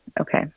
Okay